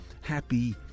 happy